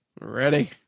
Ready